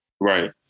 Right